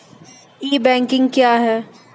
ई banking क्या हैं?